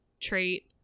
trait